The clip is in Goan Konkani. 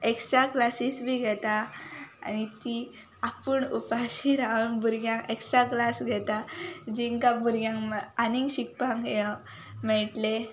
एक्स्ट्रा क्लासीस बी घेता आनी ती आपूण उपाशी रावन भुरग्यांक एक्स्ट्रा क्लास घेता जेंकां भुरग्यांक आनीक शिकपाक मेळटलें